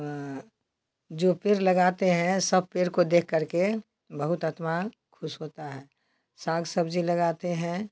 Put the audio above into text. जो पेड़ लगाते हैं सब पेड़ को देख कर के बहुत आत्मा खुश होता है साग सब्ज़ी लगाते हैं